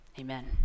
amen